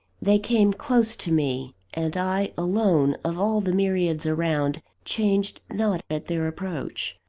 they came close to me and i alone, of all the myriads around, changed not at their approach.